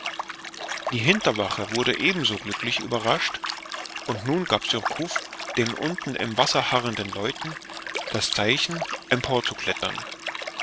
die hinterwache wurde ebenso glücklich überrascht und nun gab surcouf den unten im wasser harrenden leuten das zeichen